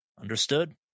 Understood